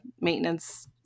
maintenance